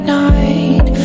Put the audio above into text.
night